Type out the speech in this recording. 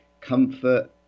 comfort